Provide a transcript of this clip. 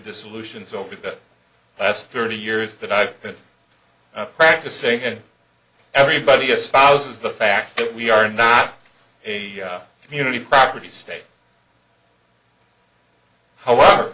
dissolutions over the last thirty years that i've been practicing in everybody a spouse is the fact that we are not a community property state however